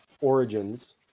origins